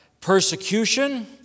persecution